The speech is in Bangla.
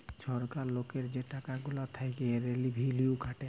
ছরকার লকের যে টাকা গুলা থ্যাইকে রেভিলিউ কাটে